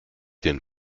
den